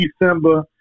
December